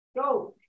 go